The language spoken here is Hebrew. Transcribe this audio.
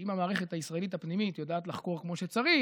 שאם המערכת הישראלית הפנימית יודעת לחקור כמו שצריך,